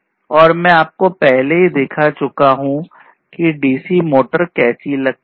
और मैं आपको पहले ही दिखा चुका हूं की एक डीसी मोटर कैसी लगती है